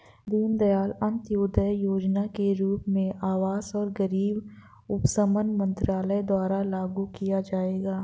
दीनदयाल अंत्योदय योजना के रूप में आवास और गरीबी उपशमन मंत्रालय द्वारा लागू किया जाएगा